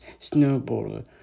snowboarder